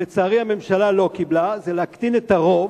ולצערי הממשלה לא קיבלה, להקטין את הרוב.